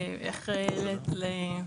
בשביל.